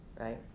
Right